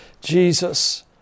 Jesus